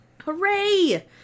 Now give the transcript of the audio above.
Hooray